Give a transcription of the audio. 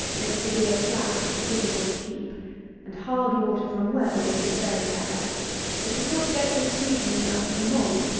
makes the beer flat and difficult to keep and hard water, from wells, is very bad it does not get the sweetness out of the malt,